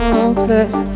Hopeless